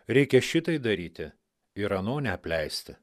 reikia šitai daryti ir ano neapleisti